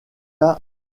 chats